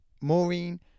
Maureen